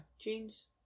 Jeans